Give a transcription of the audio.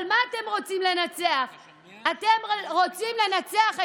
אבל מה אתם רוצים לנצח?